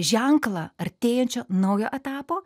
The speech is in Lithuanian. ženklą artėjančio naujo etapo